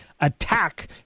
attack